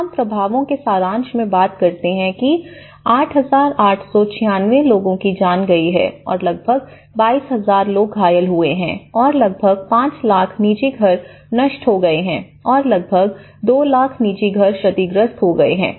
हम प्रभावों के सारांश में बात करते हैं कि 8896 लोगों की जान गई है और लगभग 22000 लोग घायल हुए हैं और लगभग 5 लाख निजी घर नष्ट हो गए हैं और लगभग दो लाख निजी घर क्षतिग्रस्त हो गए हैं